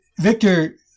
Victor